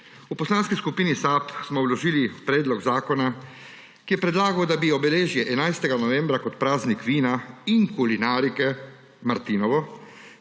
V Poslanski skupini SAB smo vložili predlog zakona, ki je predlagal, da bi obeležili 11. november kot praznik vina in kulinarike – martinovo,